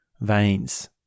veins